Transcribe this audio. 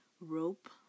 rope